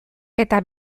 eta